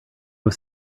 was